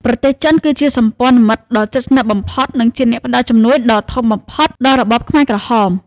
ប្រទេសចិនគឺជាសម្ព័ន្ធមិត្តដ៏ជិតស្និទ្ធបំផុត និងជាអ្នកផ្ដល់ជំនួយដ៏ធំបំផុតដល់របបខ្មែរក្រហម។